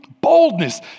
boldness